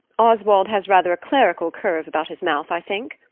oswald has rather a clerical curve about his mouth, i think.